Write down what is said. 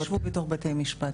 הם לא יישבו בתוך בתי המשפט,